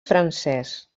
francès